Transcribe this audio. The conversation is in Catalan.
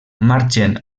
marxen